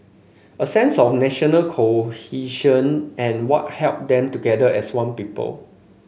a sense of national cohesion and what held them together as one people